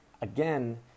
Again